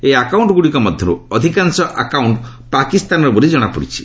ଏହି ଆକାଉଣ୍ଟଗ୍ରଡ଼ିକ ମଧ୍ୟରୂ ଅଧିକାଂଶ ଆକାଉଷ୍ଟ ପାକିସ୍ତାନର ବୋଲି କଣାପଡ଼ିଛି